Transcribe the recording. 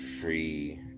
free